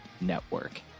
Network